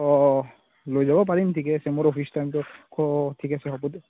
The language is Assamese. অঁ লৈ যাব পাৰিম ঠিকে আছে মোৰ অফিছ টাইমটো অঁ ঠিক আছে হ'ব দিয়ক